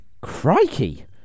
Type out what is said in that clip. crikey